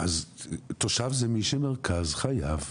תושב זה מי שמרכז חייו,